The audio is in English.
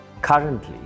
currently